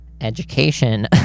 education